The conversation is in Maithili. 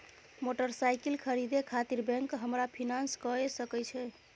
मोटरसाइकिल खरीदे खातिर बैंक हमरा फिनांस कय सके छै?